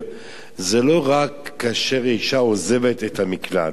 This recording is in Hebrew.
זה לא רק כאשר אשה עוזבת את המקלט,